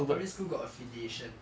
but primary school got affiliation